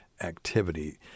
activity